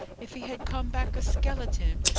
if he had come back a skeleton,